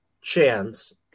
chance